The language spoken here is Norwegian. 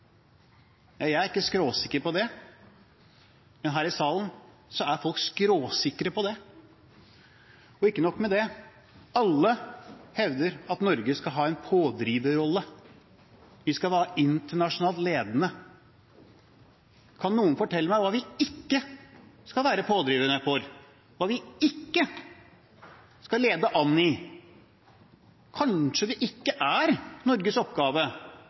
Jeg er ikke skråsikker på det, men her i salen er folk skråsikre på det. Og ikke nok med det – alle hevder at Norge skal ha en pådriverrolle. Vi skal være internasjonalt ledende. Kan noen fortelle meg hva vi ikke skal være pådrivere for, hva vi ikke skal lede an i? Kanskje det ikke er